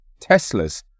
Teslas